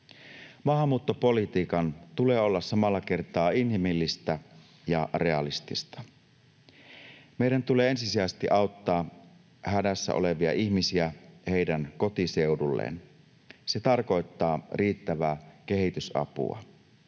Maahanmuuttopolitiikan tulee olla samalla kertaa inhimillistä ja realistista. Meidän tulee ensisijaisesti auttaa hädässä olevia ihmisiä heidän kotiseudullaan. Se tarkoittaa riittävää kehitysapua.